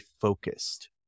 focused